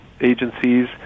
agencies